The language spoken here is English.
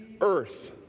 earth